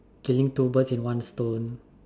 killing two birds with one stone